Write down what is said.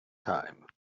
time